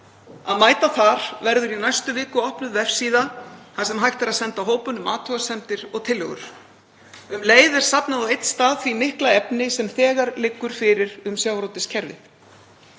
að mæta þar verður í næstu viku opnuð vefsíða þar sem hægt er að senda hópunum athugasemdir og tillögur. Um leið er safnað á einn stað því mikla efni sem þegar liggur fyrir um sjávarútvegskerfið.